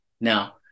Now